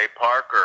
Parker